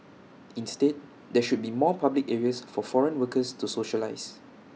instead there should be more public areas for foreign workers to socialise